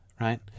right